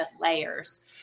layers